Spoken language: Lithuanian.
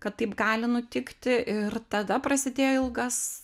kad taip gali nutikti ir tada prasidėjo ilgas